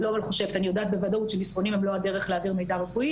אני יודעת שמסרונים הם לא הדרך להעביר מידע רפואי